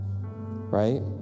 right